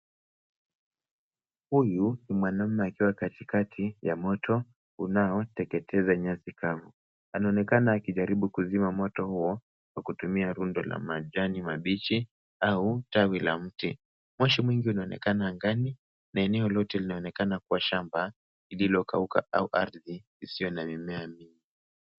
Huyu ni mwanaume akiwa katikati ya moto unaoteketeza nyasi kavu. Anaonekana akijaribu kuzima moto huo kwa kutumia rundo la majani mabichi au tawi la mti. Moshi mwingi unaninginika angani na eneo lote linaonekana kuwa shamba lililokauka au ardhi isiyo na mimea mingi.